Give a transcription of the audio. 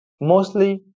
Mostly